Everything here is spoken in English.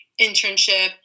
internship